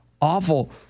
awful